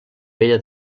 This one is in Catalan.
vella